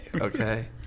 okay